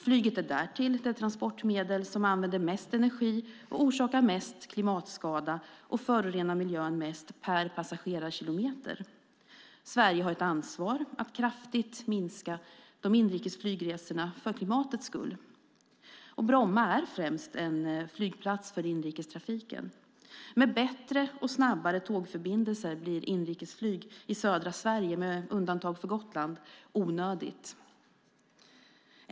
Flyget är därtill det transportmedel som använder mest energi, orsakar mest klimatskada och förorenar miljön mest per passagerarkilometer. Sverige har ett ansvar att kraftigt minska de inrikes flygresorna för klimatets skull. Bromma är främst en flygplats för inrikestrafiken. Med bättre och snabbare tågförbindelser blir inrikesflyg i södra Sverige, med undantag för Gotland, onödigt.